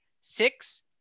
six